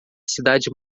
cidade